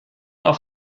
auf